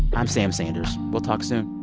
i'm sam sanders. we'll talk soon